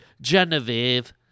Genevieve